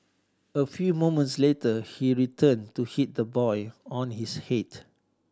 a few moments later he returned to hit the boy on his head